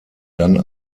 dann